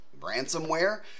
ransomware